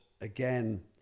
again